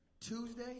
Tuesday